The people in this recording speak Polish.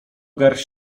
garść